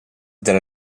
della